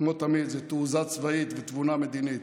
כמו תמיד, זה תעוזה צבאית ותבונה מדינית,